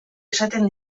esaten